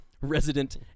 resident